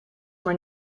maar